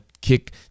kick